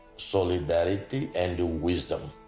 solidarity and wisdom.